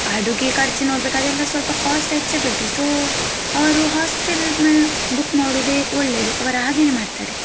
ಅಡುಗೆ ಖರ್ಚು ನೋಡ್ಬೇಕು ಅದೆಲ್ಲ ಸ್ವಲ್ಪ ಕೋಸ್ಟ್ ಹೆಚ್ಚೆ ಬೀಳ್ತದೆ ಸೊ ಅವರು ಹಾಸ್ಟೆಲ್ನ ಬುಕ್ ಮಾಡೋದೆ ಒಳ್ಳೆಯದು ಅವರು ಹಾಗೆಯೇ ಮಾಡ್ತಾರೆ